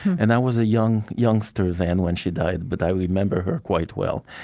and i was a young youngster then when she died but i remember her quite well.